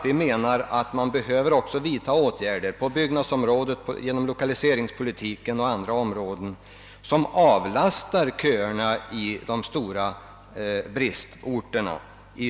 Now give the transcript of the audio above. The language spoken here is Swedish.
Vi menar att åtgärder också måste vidtagas på byggnadsområdet, genom lokaliseringspolitiken och på annat sätt som minskar köerna i de stora bristorterna.